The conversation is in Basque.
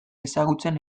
ezagutzen